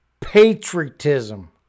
patriotism